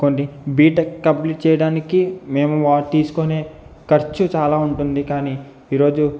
కొన్ని B Tech complete చేయడానికి మేము ఆ తీసుకునే ఖర్చు చాలా ఉంటుంది కానీ ఈరోజు